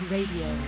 Radio